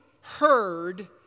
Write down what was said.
heard